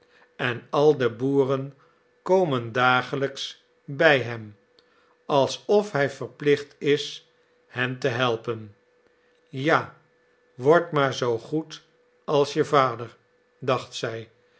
en al de boeren komen dagelijks bij hem alsof hij verplicht is hen te helpen ja wordt maar zoo goed als je vader dacht zij